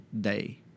day